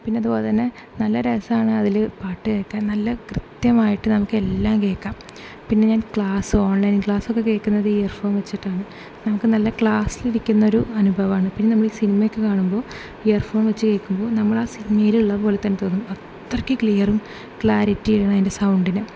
പിന്നെ അതുപോലെ തന്നെ നല്ല രസമാണ് അതിൽ പാട്ട് കേൾക്കാൻ നല്ല കൃത്യമായിട്ട് നമുക്കെല്ലാം കേൾക്കാം പിന്നെ ഞാൻ ക്ലാസ്സ് ഓൺലൈൻ ക്ലാസ്സൊക്കെ കേൾക്കുന്നത് ഈ ഇയർ ഫോൺ വെച്ചിട്ടാണ് നമുക്ക് നല്ല ക്ലാസ്സിൽ ഇരിക്കുന്ന ഒരു അനുഭവമാണ് പിന്നെ നമ്മൾ ഈ സിനിമയൊക്കെ കാണുമ്പോൾ ഇയർ ഫോൺ വെച്ചു കേൾക്കുമ്പോൾ നമ്മളാ സിനിമയിൽ ഉള്ളതുപോലെ തന്നെ തോന്നും അത്രക്ക് ക്ലിയറും ക്ലാരിറ്റിയും ആണ് അതിൻ്റെ സൗണ്ടിന്